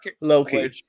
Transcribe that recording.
Low-key